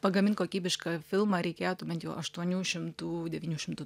pagamint kokybišką filmą reikėtų bent jau aštuonių šimtų devynių šimtų